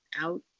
out